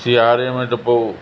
सियारे में त पोइ